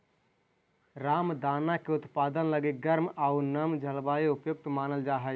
रामदाना के उत्पादन लगी गर्म आउ नम जलवायु उपयुक्त मानल जा हइ